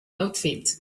outfit